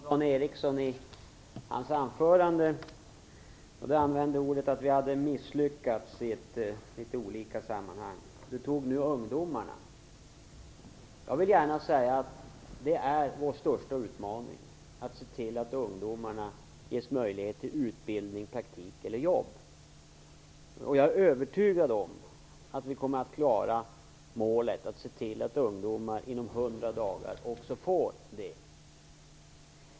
Fru talman! Jag lyssnade på Dan Ericssons anförande. Han sade att vi hade misslyckats i litet olika sammanhang och tog exemplet ungdomarna. Vår största utmaning är att se till att ungdomarna ges möjlighet till utbildning, praktik eller jobb. Jag är övertygad om att vi kommer att klara målet, att ungdomarna inom 100 dagar också får det.